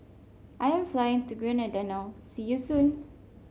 I am flying to Grenada now see you soon